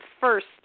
first